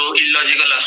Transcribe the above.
illogical